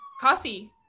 Coffee